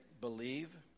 believe